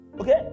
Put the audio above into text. Okay